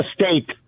State